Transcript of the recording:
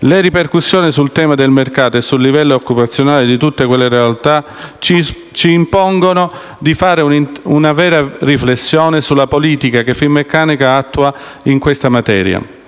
Le ripercussioni sul tema del mercato e sul livello occupazionale di tutte quelle realtà ci impongono di fare una vera riflessione sulla politica che Finmeccanica attua in questa materia.